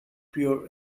pure